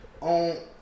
on